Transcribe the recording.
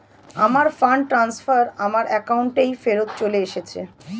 আমার fund transfer আমার অ্যাকাউন্টেই ফেরত চলে এসেছে